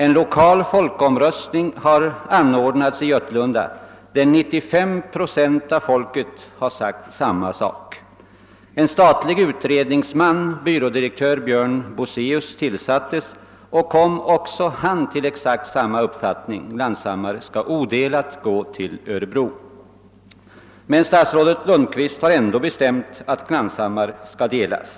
En lokal folkomröstning har anordnats i Götlunda, i vilken 95 procent av befolkningen givit uttryck för samma uppfattning. En statlig utredningsman, byrådirektör Björn Boseus, har tillsatts och har också kommit fram till denna uppfattning. Statsrådet Lundkvist har emellertid ändå bestämt att Glanshammar skall delas.